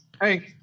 Hey